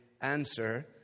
answer